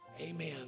Amen